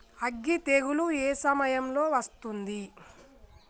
అగ్గి తెగులు ఏ సమయం లో వస్తుంది?